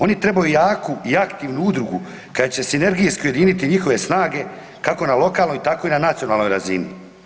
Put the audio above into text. Oni trebaju jaku i aktivnu udrugu koja će sinergijski ujediniti njihove snage kako na lokalnoj tako i na nacionalnoj razini.